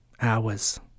Hours